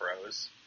pros